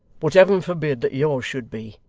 but heaven forbid that yours should be.